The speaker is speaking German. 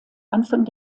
anfang